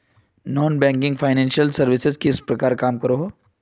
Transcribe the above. Non banking financial services किस प्रकार काम करोहो?